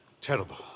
Terrible